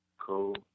Cool